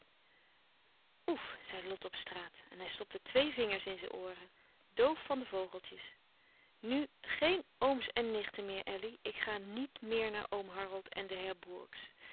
oef zei lot op straat en hij stopte twee vingers in zijn ooren doof van de vogeltjes nu geen ooms en nichten meer elly ik ga niet meer naar oom harold en de